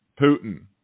Putin